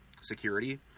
security